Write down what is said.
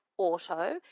auto